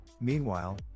Meanwhile